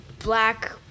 black